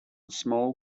small